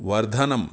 वर्धनम्